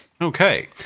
Okay